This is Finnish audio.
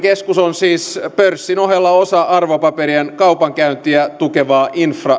siis pörssin ohella osa arvopaperien kaupankäyntiä tukevaa infrastruktuuria arvopaperikeskuksen tehtävänä on yhtäältä